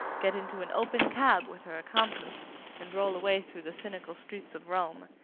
get into an open cab with her accomplice and roll away through the cynical streets of rome,